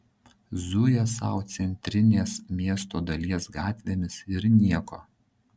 zuja sau centrinės miesto dalies gatvėmis ir nieko